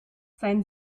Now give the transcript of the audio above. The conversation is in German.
sein